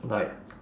like